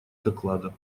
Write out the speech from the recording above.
доклада